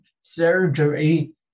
surgery